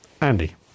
Andy